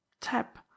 tap